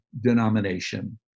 denomination